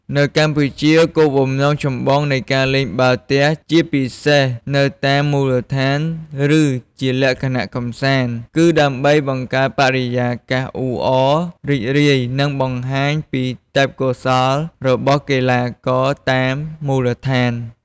នៅកម្ពុជា គោលបំណងចម្បងនៃការលេងបាល់ទះ ជាពិសេសនៅតាមមូលដ្ឋាន ឬជាលក្ខណៈកម្សាន្ត គឺដើម្បីបង្កើនបរិយាកាសអ៊ូអរ រីករាយ និងបង្ហាញពីទេពកោសល្យរបស់កីឡាករតាមមូលដ្ឋាន។